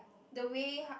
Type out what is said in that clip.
the way